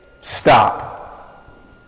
stop